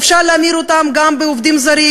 אפשר להמיר אותם גם בעובדים זרים,